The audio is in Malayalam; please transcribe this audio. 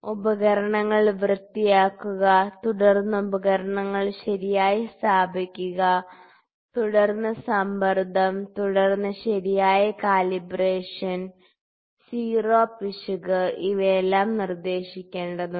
ഉപകരണങ്ങൾ വൃത്തിയാക്കുക തുടർന്ന് ഉപകരണങ്ങൾ ശരിയായി സ്ഥാപിക്കുക തുടർന്ന് സമ്മർദ്ദം തുടർന്ന് ശരിയായ കാലിബ്രേഷൻ 0 പിശക് ഇവയെല്ലാം നിർദ്ദേശിക്കേണ്ടതുണ്ട്